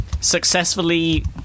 successfully